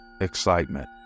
Excitement